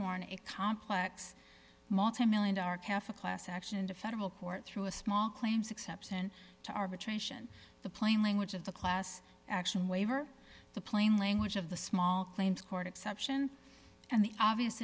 horn a complex multimillion dollar caf a class action into federal court through a small claims exception to arbitration the plain language of the class action waiver the plain language of the small claims court exception and the obvious